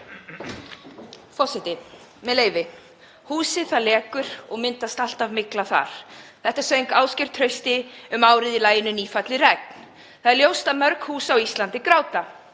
forseti. Með leyfi forseta: Húsið það lekur, myndast alltaf mygla þar. Þetta söng Ásgeir Trausti um árið í laginu Nýfallið regn. Það er ljóst að mörg hús á Íslandi gráta.